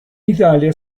italia